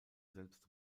selbst